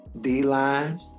D-line